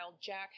Jack